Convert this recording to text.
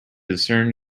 discern